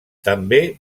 també